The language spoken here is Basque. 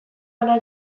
bana